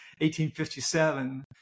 1857